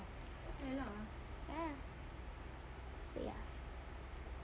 ya lah so ya